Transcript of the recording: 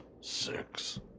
six